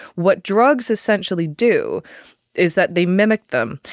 what drugs essentially do is that they mimic them.